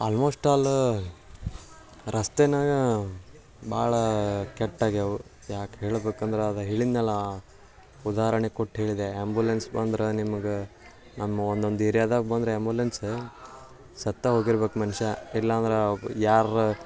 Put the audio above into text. almost all ರಸ್ತೆನಾಗೆ ಭಾಳ ಕೆಟ್ಟೋಗ್ಯಾವು ಯಾಕೆ ಹೇಳ್ಬೇಕಂದ್ರೆ ಅದೇ ಹೇಳಿದೆನಲ್ಲ ಉದಾಹರಣೆ ಕೊಟ್ಟು ಹೇಳಿದೆ ಆ್ಯಂಬ್ಯುಲೆನ್ಸ್ ಬಂದ್ರೆ ನಿಮಗೆ ನಮ್ಮ ಒಂದೊಂದು ಏರ್ಯಾದಾಗೆ ಬಂದರೆ ಆ್ಯಂಬ್ಯುಲೆನ್ಸ ಸತ್ತೇ ಹೋಗಿರ್ಬೇಕು ಮನುಷ್ಯ ಇಲ್ಲಾಂದ್ರೆ ಒಬ್ರು ಯಾರಾರ